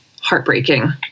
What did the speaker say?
heartbreaking